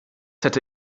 hätte